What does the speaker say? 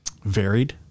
varied